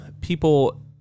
people